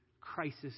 crisis